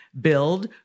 Build